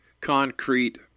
concrete